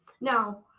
Now